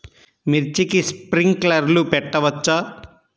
మిర్చికి స్ప్రింక్లర్లు పెట్టవచ్చా?